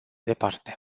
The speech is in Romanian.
departe